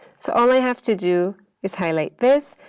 so all i have to do is highlight this,